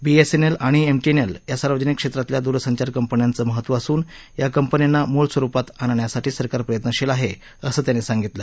BSNL आणि MTNL या सार्वजनिक क्षेत्रातल्या दूरसंचार कंपन्यांचं महत्त्व असून या कंपन्यांना मूळ स्वरुपात आणण्यासाठी सरकार प्रयत्नशील आहे असं त्यांनी सांगितलं